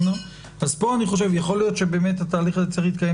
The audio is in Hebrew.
יכול להיות שהתהליך הזה צריך להתקיים